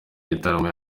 gitaramo